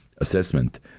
assessment